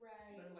Right